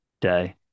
Day